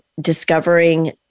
discovering